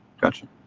gotcha